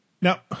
now